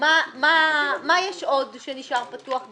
מה יש עוד שנשאר פתוח במועדים?